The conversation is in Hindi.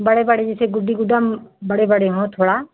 बड़े बड़े से गुड्डी गुड्डा बड़े बड़े हो थोड़ा